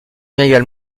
également